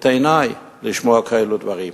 עיני לשמוע כאלה דברים.